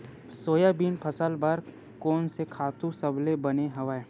Soybean फसल बर कोन से खातु सबले बने हवय?